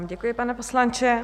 Děkuji vám, pane poslanče.